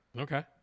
Okay